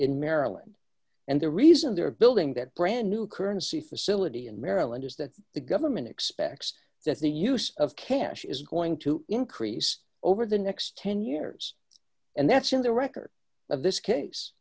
in maryland and the reason they're building that brand new currency facility in maryland is that the government expects that the use of cash is going to increase over the next ten years and that's in the record of this case